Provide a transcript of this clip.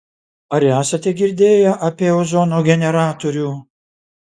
ar esate girdėję apie ozono generatorių